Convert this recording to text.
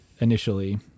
Initially